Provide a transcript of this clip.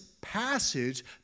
passage